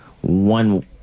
one